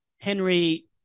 Henry